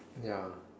ya